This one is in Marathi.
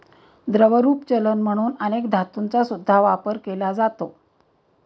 द्रवरूप चलन म्हणून अनेक धातूंचा सुद्धा वापर केला जातो